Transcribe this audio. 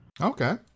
Okay